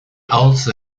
also